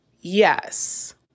Yes